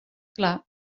clar